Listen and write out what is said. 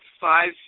five